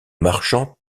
marchand